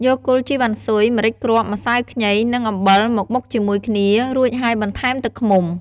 យកគល់ជីវ៉ាន់ស៊ុយ ម្រេចគ្រាប់ ម្សៅខ្ញី និងអំបិលមកបុកជាមួយគ្នា រួចហើយបន្ថែមទឹកឃ្មុំ។